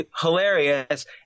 hilarious